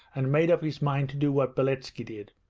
and made up his mind to do what beletski did.